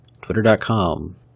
Twitter.com